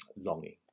longing